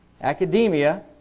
academia